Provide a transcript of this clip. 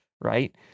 Right